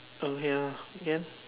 okay ya can